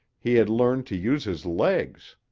he had learned to use his legs.